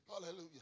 Hallelujah